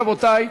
רבותי,